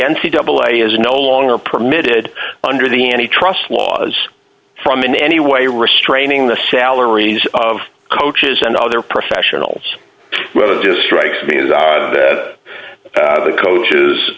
t double a is no longer permitted under the any trust laws from in any way restraining the salaries of coaches and other professionals well it just strikes me that the coach